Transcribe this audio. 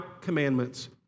commandments